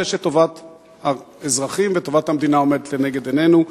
מפני שטובת האזרחים וטובת המדינה עומדת לנגד עינינו,